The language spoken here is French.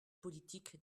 politique